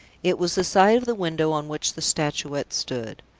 it was the side of the window on which the statuette stood.